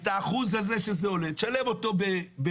את האחוז הזה שזה עולה תשלם במע"מ.